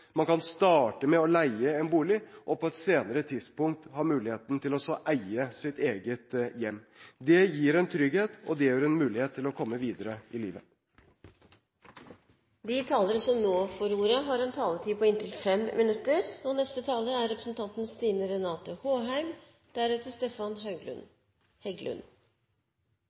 man kan starte med å leie en bolig, og på et senere tidspunkt ha muligheten til å eie sitt eget hjem. Det gir en trygghet, og det gir en mulighet til å komme videre i livet. Takk til interpellanten for å reise en viktig debatt. Det er fint å diskutere dette nå når det begynner å nærme seg slutten på stortingssesjonen. Norsk boligpolitikk har i all hovedsak vært vellykket. De